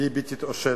ביבי, תתעשת,